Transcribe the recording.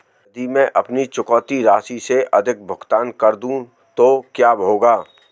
यदि मैं अपनी चुकौती राशि से अधिक भुगतान कर दूं तो क्या होगा?